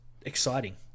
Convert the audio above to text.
exciting